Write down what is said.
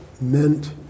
meant